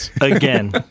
again